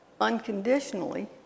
unconditionally